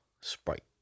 Sprite